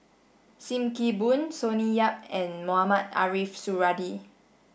Sim Kee Boon Sonny Yap and Mohamed Ariff Suradi